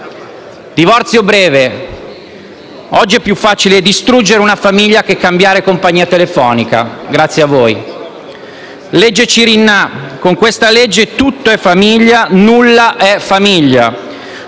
Divorzio breve: oggi è più facile distruggere una famiglia che cambiare compagnia telefonica, grazie a voi. Legge Cirinnà: con questa legge tutto è famiglia, nulla è famiglia.